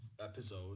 episode